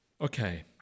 Okay